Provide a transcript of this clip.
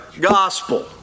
gospel